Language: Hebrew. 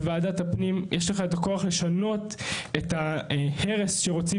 יש לך את הכוח לשנות את ההרס שרוצים